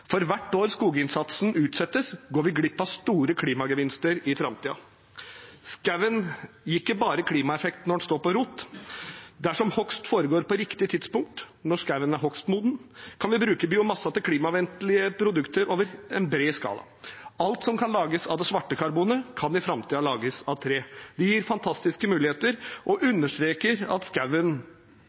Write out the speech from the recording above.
For hvert år skoginnsatsen utsettes, går vi glipp av store klimagevinster i framtiden. Skogen gir ikke bare klimaeffekt når den står på rot. Dersom hogst foregår på riktig tidspunkt, når skogen er hogstmoden, kan vi bruke biomassen til klimavennlige produkter i en bred skala. Alt som kan lages av det svarte karbonet, kan i framtiden lages av tre. Det gir fantastiske muligheter og understreker at